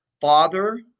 father